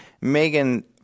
Megan